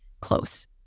close